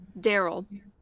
Daryl